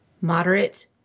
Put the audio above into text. moderate